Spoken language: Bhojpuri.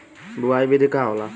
बुआई विधि का होला?